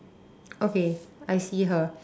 okay I see her